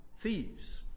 thieves